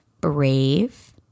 brave